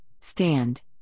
stand